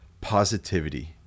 positivity